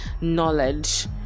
knowledge